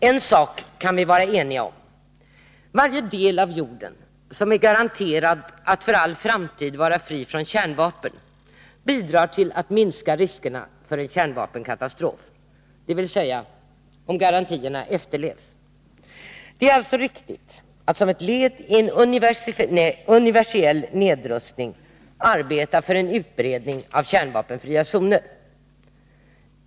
En sak kan vi vara eniga om: Varje del av jorden som är garanterad att för all framtid vara fri från kärnvapen bidrar till att minska riskerna för en kärnvapenkatastrof — dvs. om garantierna efterlevs. Det är alltså riktigt att som ett led i en universell nedrustning arbeta för en utbredning av kärnvapenfria zoner.